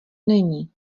není